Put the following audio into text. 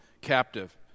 captive